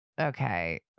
okay